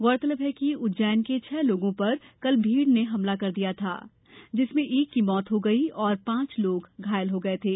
गौरतलब है कि उज्जैन के छह लोगों पर कल भीड़ ने हमला कर दिया था जिसमें एक की मौत हो गयी तथा पांच अन्य घायल हो गए थे